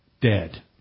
dead